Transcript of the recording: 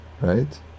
right